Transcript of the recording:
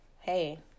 Hey